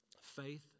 faith